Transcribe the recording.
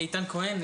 איתן כהן,